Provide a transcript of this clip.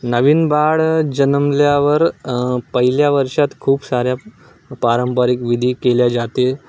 नवीन बाळ जन्मल्यावर पहिल्या वर्षात खूप साऱ्या पारंपरिक विधी केल्या जाते